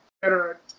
better